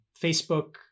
Facebook